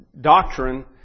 doctrine